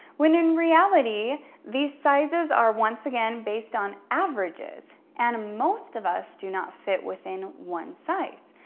when in reality these sizes are once again, based on averages. and most of us do not fit within one size.